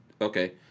okay